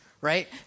right